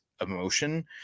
emotion